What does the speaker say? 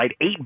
eight